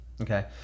okay